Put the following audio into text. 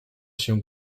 się